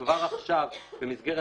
כבר עכשיו במסגרת